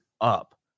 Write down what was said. up